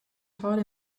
taught